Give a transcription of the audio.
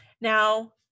Now